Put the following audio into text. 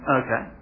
okay